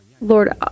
Lord